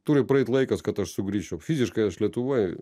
turi praeit laikas kad aš sugrįžčiau fiziškai aš lietuvoj